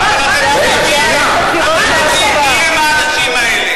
אבל אתם יודעים מי הם האנשים האלה.